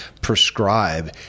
prescribe